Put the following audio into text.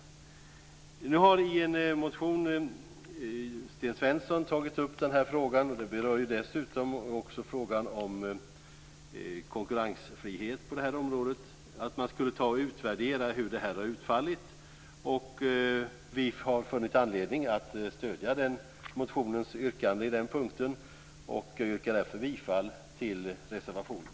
Sten Svensson har i en motion tagit upp frågan. Den berör dessutom frågan om konkurrensfrihet på det här området, att man skulle utvärdera hur det hela har utfallit. Vi har funnit anledning att stödja motionsyrkandet på den punkten. Jag yrkar därför bifall till reservationen.